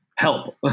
help